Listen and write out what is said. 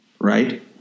right